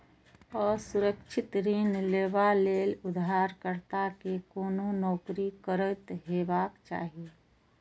असुरक्षित ऋण लेबा लेल उधारकर्ता कें कोनो नौकरी करैत हेबाक चाही